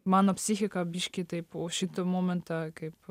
mano psichika biškį tai po šito momentą kaip